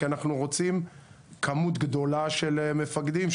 כי אנחנו רוצים כמות גדולה של מפקדים,